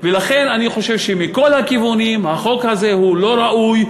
ולכן אני חושב שמכל הכיוונים החוק הזה הוא לא ראוי,